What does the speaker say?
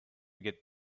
get